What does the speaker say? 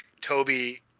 Toby